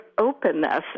openness